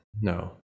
no